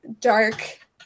dark